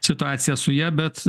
situacija su ja bet